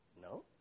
No